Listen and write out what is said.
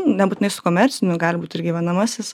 nebūtinai su komerciniu gali būt tik gyvenamasis